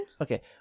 Okay